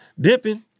Dipping